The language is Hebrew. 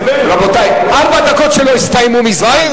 רבותי, ארבע הדקות שלו הסתיימו מזמן.